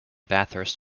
bathurst